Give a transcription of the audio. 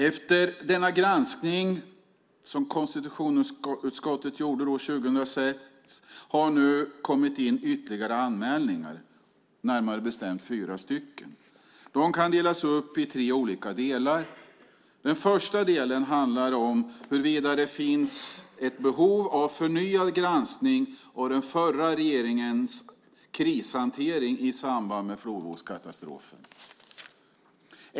Efter den granskning som konstitutionsutskottet gjorde 2006 har nu ytterligare anmälningar inkommit, närmare bestämt fyra anmälningar. De kan delas upp i tre olika delar. Den första delen handlar om huruvida det finns ett behov av förnyad granskning av den förra regeringens krishantering i samband med flodvågskatastrofen.